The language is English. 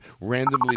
randomly